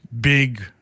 big